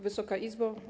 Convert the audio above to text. Wysoka Izbo!